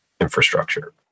infrastructure